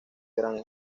grand